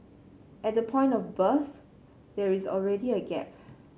at the point of birth there is already a gap